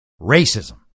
racism